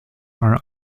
are